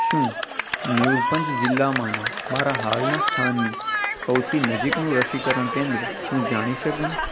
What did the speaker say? શું મયૂરભંજ જિલ્લામાંના મારા હાલના સ્થાનથી સૌથી નજીકનું રસીકરણ કેન્દ્ર હું જાણી શકું